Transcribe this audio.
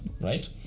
right